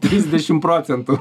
trisdešim procentų